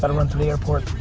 but run through the airport.